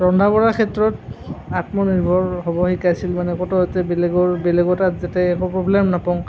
ৰন্ধা বঢ়াৰ ক্ষেত্ৰত আত্মনিৰ্ভৰ হ'ব শিকাইছিল মানে ক'তো যাতে বেলেগৰ বেলেগৰ তাত যাতে একো প্ৰৱ্লেম নাপাওঁ